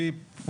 ג'יפ,